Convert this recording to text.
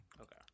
Okay